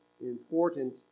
important